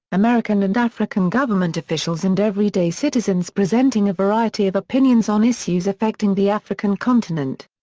american and african government officials and everyday citizens presenting a variety of opinions on issues affecting the african continent.